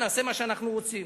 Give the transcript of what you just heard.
ונעשה מה שאנחנו רוצים.